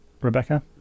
Rebecca